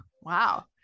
Wow